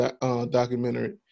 documentary